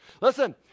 Listen